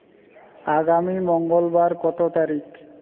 আগামী মঙ্গলবার কতো তারিখ